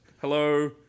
Hello